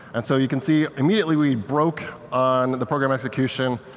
and so you can see immediately we broke on the program execution,